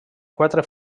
quatre